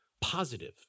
positive